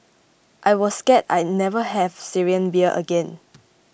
I was scared I never have Syrian beer again